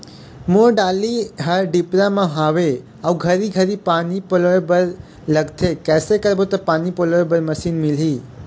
मोर डोली हर डिपरा म हावे अऊ घरी घरी पानी पलोए बर लगथे कैसे करबो त पानी पलोए बर मशीन मिलही?